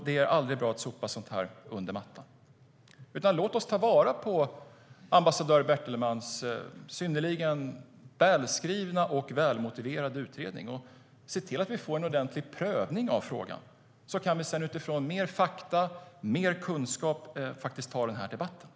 Det är aldrig bra att sopa sådant här under mattan.